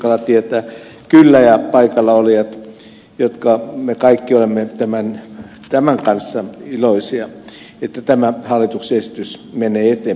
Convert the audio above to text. juurikkala tietää kyllä ja ne paikallaolijat jotka kaikki olemme iloisia että tämä hallituksen esitys menee eteenpäin